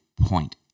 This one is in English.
point